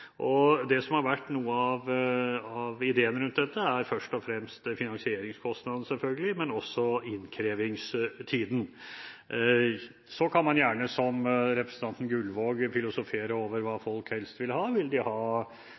bompengepasseringen. Det som har vært noe av ideen rundt dette, er først og fremst finansieringskostnadene, selvfølgelig, men også innkrevingstiden. Så kan man gjerne, som representanten Gullvåg, filosofere over hva folk helst vil ha: Vil de ha